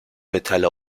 metalle